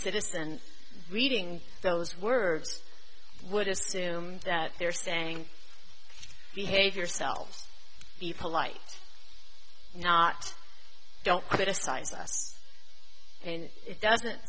citizen reading those words would assume that they're saying behave yourselves be polite not don't criticize us and it doesn't